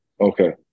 okay